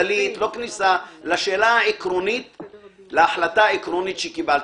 לא כניסה להחלטה העקרונית שקיבלתי.